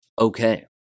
Okay